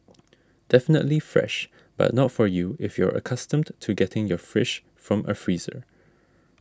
definitely fresh but not for you if you're accustomed to getting your fish from a freezer